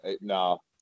No